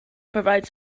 provide